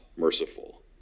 merciful